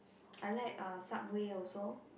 I like uh Subway also